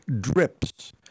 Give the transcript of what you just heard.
drips